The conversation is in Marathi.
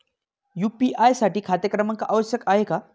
यू.पी.आय साठी खाते क्रमांक आवश्यक आहे का?